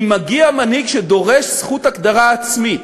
אם מגיע מנהיג שדורש זכות הגדרה עצמית,